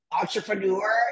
entrepreneur